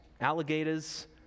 alligators